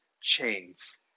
chains